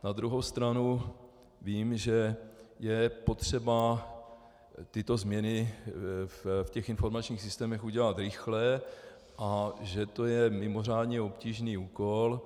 Na druhou stranu vím, že je potřeba tyto změny v informačních systémech udělat rychle a že to je mimořádně obtížný úkol.